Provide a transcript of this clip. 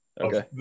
Okay